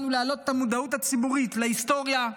ולהעלות את המודעות הציבורית להיסטוריה,